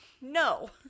No